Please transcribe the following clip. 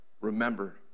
remember